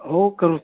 हो करू